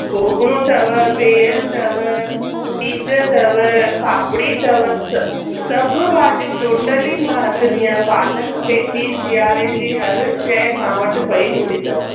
गोगिडू अथव बिहु अथव पीज अथव पापड़ी अथव स सभ भाॼियूं टोटली मां रखंदी आहियां पालक मेथी सियारे जी हर शइ मूं वटि पेई हूंदी अथव